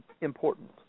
important